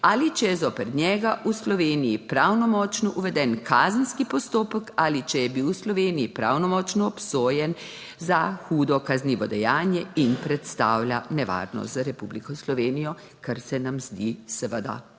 Ali če je zoper njega v Sloveniji pravnomočno uveden kazenski postopek ali če je bil v Sloveniji pravnomočno obsojen. Za hudo kaznivo dejanje in predstavlja nevarnost za Republiko Slovenijo, kar se nam zdi seveda